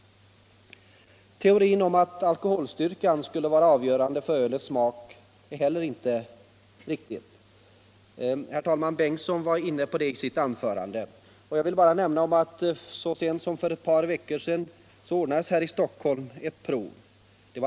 Teorin om att alkoholstyrkan skulle vara avgörande för ölets smak är inte heller riktig. Herr förste vice talmannen Bengtson var inne på den saken i sitt anförande. Så sent som för ett par veckor sedan ordnades här i Stockholm ett prov.